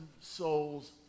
souls